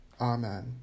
Amen